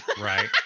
Right